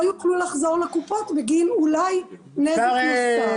יוכלו לחזור לקופות בגין אולי נזק נוסף.